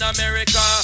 America